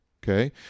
Okay